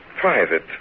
private